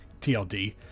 TLD